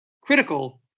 critical